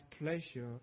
pleasure